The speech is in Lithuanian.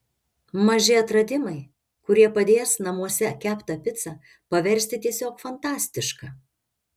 maži atradimai kurie padės namuose keptą picą paversti tiesiog fantastiška